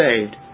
saved